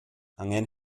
angen